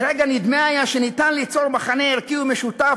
לרגע נדמה היה שניתן ליצור מכנה ערכי משותף